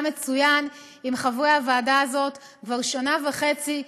מצוין עם חברי הוועדה הזאת כבר שנה וחצי.